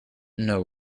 know